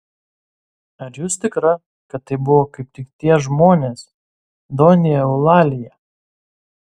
ar jūs tikra kad tai buvo kaip tik tie žmonės donja eulalija